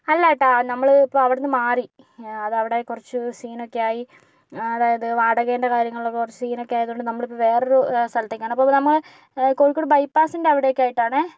അല്ല കേട്ടോ നമ്മള് ഇപ്പോൾ അവിടുന്നു മാറി അതവിടെ കൊറച്ച് സീനൊക്കെയായി അതായത് ഇത് വാടകേൻ്റെ കാര്യങ്ങളിലൊക്കെ കുറച്ച് സീനൊക്കെ ആയതോണ്ട് നമ്മളിപ്പോൾ വേറൊരു സ്ഥലത്തേക്കാണിപ്പോൾ പിന്നെ നമ്മള് കോഴിക്കോട് ബൈപാസ്സിൻ്റെ അവിടെയൊക്കെ ആയിട്ടാണേ